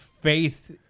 faith